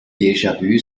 déjà